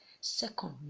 Second